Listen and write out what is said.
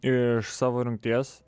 iš savo rungties